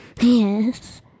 Yes